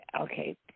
okay